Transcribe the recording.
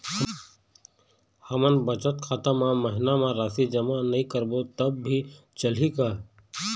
हमन बचत खाता मा महीना मा राशि जमा नई करबो तब भी चलही का?